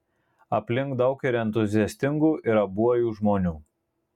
aplink daug ir entuziastingų ir abuojų žmonių